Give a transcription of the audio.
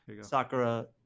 Sakura